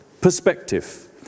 Perspective